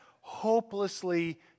hopelessly